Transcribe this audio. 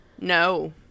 No